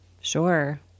Sure